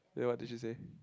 then what did you say